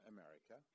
America